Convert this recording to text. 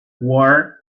war